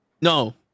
No